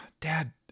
dad